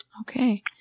Okay